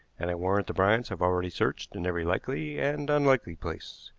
and i warrant the bryants have already searched in every likely and unlikely place.